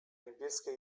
niebieskie